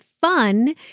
fun